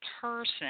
person